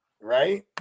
Right